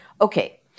Okay